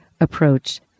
approach